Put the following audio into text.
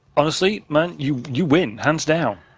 honestly, man, you you win hands down.